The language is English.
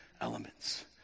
elements